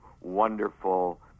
wonderful